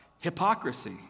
hypocrisy